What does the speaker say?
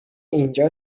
اینجا